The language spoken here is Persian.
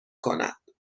کند